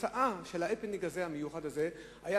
התוצאה של ההפנינג המיוחד הזה היתה